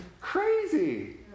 Crazy